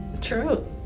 true